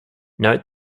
note